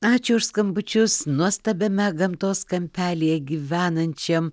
ačiū už skambučius nuostabiame gamtos kampelyje gyvenančiam